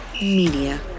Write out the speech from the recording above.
Media